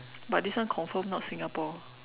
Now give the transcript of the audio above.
but this one confirm not Singapore